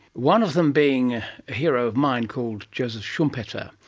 one of them being a hero of mine called joseph schumpeter.